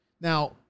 Now